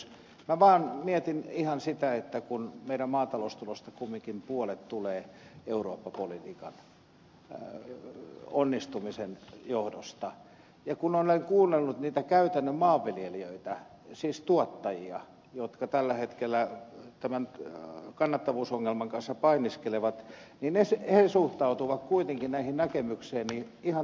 minä vaan mietin ihan sitä että kun meidän maataloustulostamme kumminkin puolet tulee eurooppa politiikan onnistumisen johdosta ja kun olen kuunnellut niitä käytännön maanviljelijöitä siis tuottajia jotka tällä hetkellä tämän kannattavuusongelman kanssa painiskelevat niin he suhtautuvat kuitenkin näihin näkemyksiini ihan toisella lailla kuin te